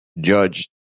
Judge